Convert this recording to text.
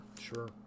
Sure